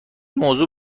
موضوع